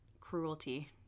cruelty